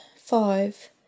five